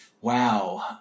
Wow